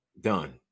Done